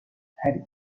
her